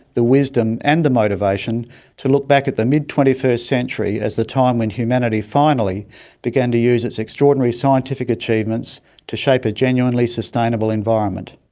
the wisdom, and the motivation to look back at the mid twenty first century as the time when humanity finally began to use its extraordinary scientific achievements to shape a genuinely sustainable environment.